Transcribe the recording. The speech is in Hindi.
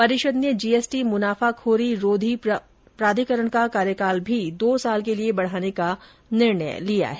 परिषद ने जी एस टी मुनाफाखोरी रोधी प्राधिकरण का कार्यकाल भी दो साल के लिए बढ़ाने का भी निर्णय लिया है